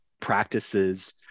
practices